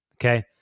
Okay